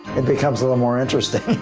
it becomes a little more interesting.